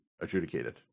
adjudicated